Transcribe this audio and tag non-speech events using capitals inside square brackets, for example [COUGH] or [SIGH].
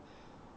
[BREATH]